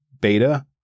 beta